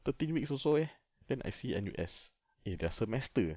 thirteen weeks also eh then I see N_U_S eh their semester